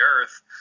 Earth